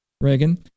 Reagan